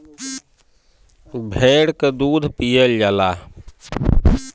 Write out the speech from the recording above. भेड़ क दूध भी पियल जाला